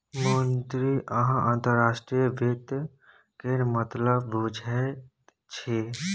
मुन्नी अहाँ अंतर्राष्ट्रीय वित्त केर मतलब बुझैत छी